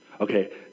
Okay